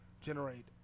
generate